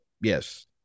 Yes